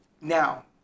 Now